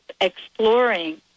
exploring